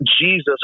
Jesus